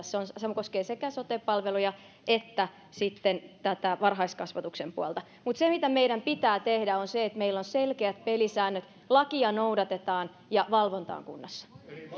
se koskee sekä sote palveluja että tätä varhaiskasvatuksen puolta mutta se mitä meidän pitää tehdä on se että meillä on selkeät pelisäännöt lakia noudatetaan ja valvonta on kunnossa